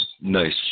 Nice